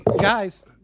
guys